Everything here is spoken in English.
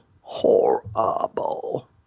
Horrible